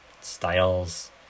styles